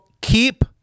keep